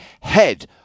head